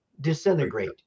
disintegrate